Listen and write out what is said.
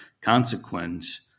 consequence